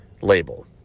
label